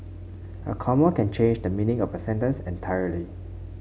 a comma can change the meaning of a sentence entirely